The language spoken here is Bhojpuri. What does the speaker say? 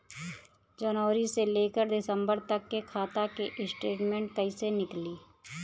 जनवरी से लेकर दिसंबर तक के खाता के स्टेटमेंट कइसे निकलि?